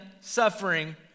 suffering